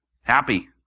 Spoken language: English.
happy